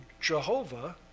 Jehovah